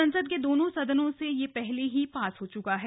संसद के दोनों सदनों से ये पहले ही पास हो चुका है